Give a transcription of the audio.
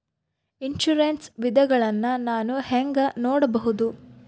Insurance ವಿಧಗಳನ್ನ ನಾನು ಹೆಂಗ ನೋಡಬಹುದು?